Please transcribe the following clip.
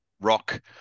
rock